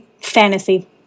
fantasy